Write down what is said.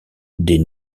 des